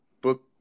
book